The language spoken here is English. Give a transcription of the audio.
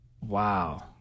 Wow